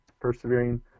persevering